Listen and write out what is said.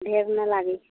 ढेर नहि लागै छै